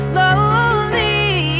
lonely